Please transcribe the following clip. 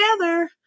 together